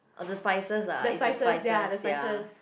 orh the spices ah it's the spices ya